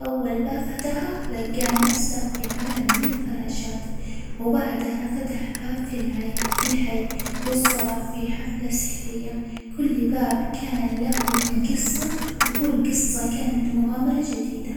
أول باب فتحه لجى نفسه في عالم من الفراشات ، وبعدها فتح باب في العي- الحي، وصار في حفلة سحرية، كل باب كان له جصة، وكل جصة كانت مغامرة جديدة.